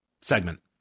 segment